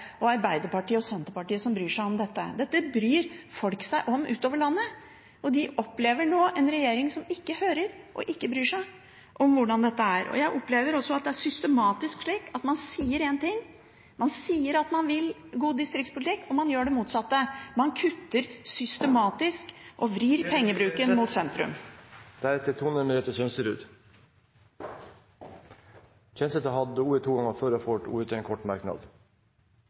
Arbeiderpartiet og Senterpartiet som bryr seg om dette – dette bryr folk seg om utover landet. Vi opplever nå en regjering som ikke hører og ikke bryr seg om hvordan dette er. Jeg opplever også at det er systematisk slik at man sier én ting, man sier at man vil ha god distriktspolitikk, og så gjør man det motsatte. Man kutter systematisk og vrir pengebruken mot sentrum. Representanten Ketil Kjenseth har hatt ordet to ganger tidligere og får ordet til en kort merknad,